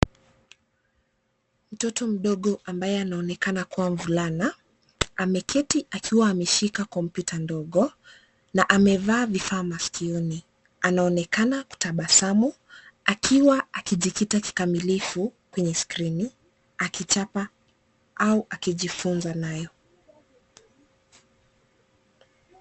Mtoto mdogo ambaye anaonekana kuwa mvulana, ameketi akiwa ameshika kompyuta ndogo na amevaa vifaa maskioni. Anaonekana kutabasamu, akiwa akijikita kikamilifu kwenye skrini, akichapa au akijifunza nayo.